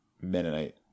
Mennonite